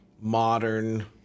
modern